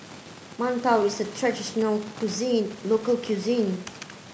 Mantou is traditional cuisine local cuisine